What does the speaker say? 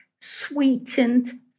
sweetened